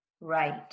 Right